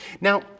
Now